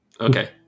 Okay